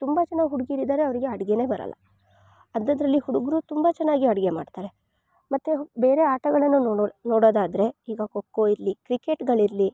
ತುಂಬ ಜನ ಹುಡುಗಿರಿದ್ದಾರೆ ಅವರಿಗೆ ಅಡುಗೆಯೇ ಬರೋಲ್ಲ ಅದ್ರದಲ್ಲಿ ಹುಡುಗರು ತುಂಬ ಚೆನ್ನಾಗಿ ಅಡುಗೆ ಮಾಡ್ತಾರೆ ಮತ್ತು ಬೇರೆ ಆಟಗಳನ್ನು ನೋಡೋರು ನೋಡೊದಾದರೆ ಈಗ ಖೋ ಖೋ ಇರಲಿ ಕ್ರಿಕೆಟ್ಗಳಿರಲಿ